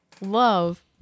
love